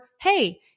hey